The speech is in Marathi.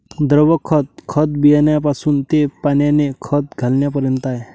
द्रव खत, खत बियाण्यापासून ते पाण्याने खत घालण्यापर्यंत आहे